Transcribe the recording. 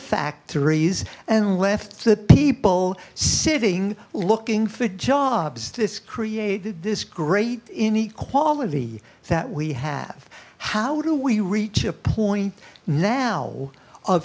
factories and left the people sitting looking for jobs this created this great inequality that we have how do we reach a point now of